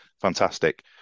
fantastic